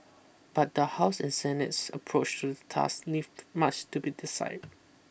but the House and Senate's approach to task leave much to be decided